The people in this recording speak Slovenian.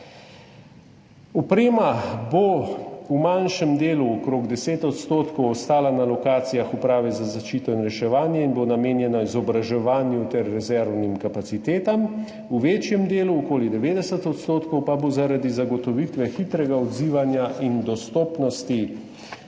Oprema bo v manjšem delu, okrog 10 %, ostala na lokacijah Uprave za zaščito in reševanje in bo namenjena izobraževanju ter rezervnim kapacitetam. V večjem delu, okoli 90 %, pa bo zaradi zagotovitve hitrega odzivanja in dostopnosti